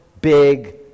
big